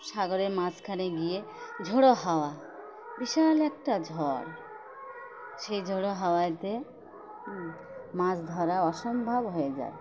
সাগরের মাঝখানে গিয়ে ঝোড়ো হাওয়া বিশাল একটা ঝড় সেই ঝোড়ো হাওয়াতে মাছ ধরা অসম্ভব হয়ে যায়